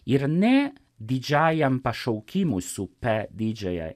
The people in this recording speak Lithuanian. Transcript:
ir ne didžiajam pašaukimui su p didžiąja